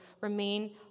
remain